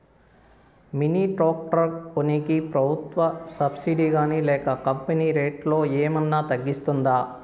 Mini tractor కొనేకి ప్రభుత్వ subsidy గాని లేక కంపెని రేటులో ఏమన్నా తగ్గిస్తుందా?